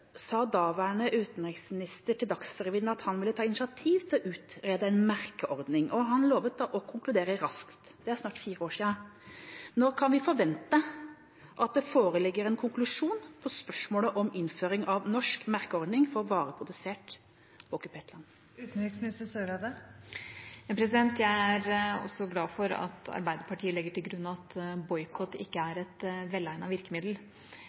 sa daværende utenriksminister til Dagsrevyen at han ville ta initiativ til å utrede en merkeordning, og han lovet å konkludere raskt. Det er snart fire år siden. Når kan vi forvente at det foreligger en konklusjon på spørsmålet om innføring av en norsk merkeordning for varer produsert på okkupert land? Jeg er også glad for at Arbeiderpartiet legger til grunn at boikott ikke er et velegnet virkemiddel.